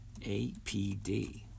APD